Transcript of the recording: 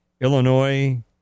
Illinois